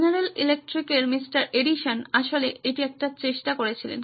general ইলেকট্রিকের mister Edison আসলে এটি একটি চেষ্টা করেছিলেন